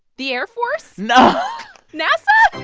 the air force no nasa